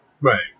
Right